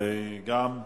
ואחריו,